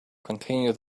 continue